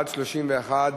בעד, 31,